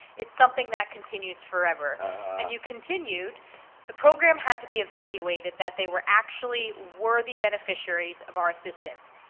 it is something that continues forever and you continued the program had to be evaluated that they were actually were the beneficiaries of our assistance,